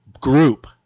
group